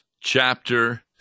chapter